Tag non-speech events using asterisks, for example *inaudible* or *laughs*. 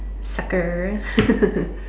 sucker *laughs*